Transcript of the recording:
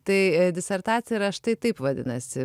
tai disertacija yra štai taip vadinasi